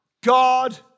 God